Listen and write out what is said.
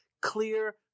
clear